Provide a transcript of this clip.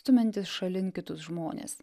stumiantis šalin kitus žmones